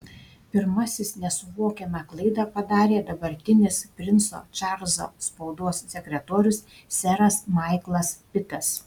pirmasis nesuvokiamą klaidą padarė dabartinis princo čarlzo spaudos sekretorius seras maiklas pitas